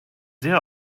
sehr